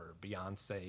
beyonce